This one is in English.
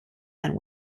and